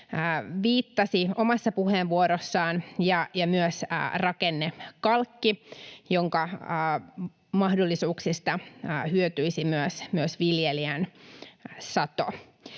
viittasi omassa puheenvuorossaan, ja myös rakennekalkki, jonka mahdollisuuksista hyötyisi myös viljelijän sato.